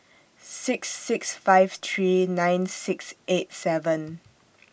six six five three nine six eight seven